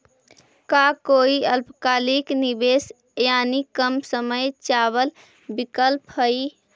का कोई अल्पकालिक निवेश यानी कम समय चावल विकल्प हई?